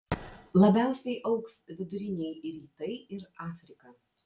labiausiai augs viduriniai rytai ir afrika